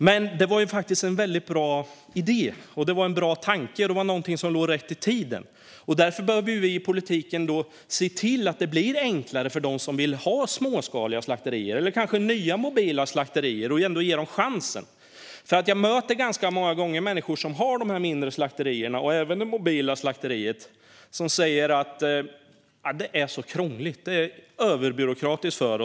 Men det var faktiskt en väldigt bra idé. Det var en bra tanke och något som låg rätt i tiden. Därför behöver vi i politiken se till att det blir enklare för dem som vill ha småskaliga slakterier eller kanske nya mobila slakterier och ändå ge dem chansen. Jag möter många gånger människor som har mindre slakterier och även mobila slakterier. De säger att det är krångligt och överbyråkratiskt.